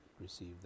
receive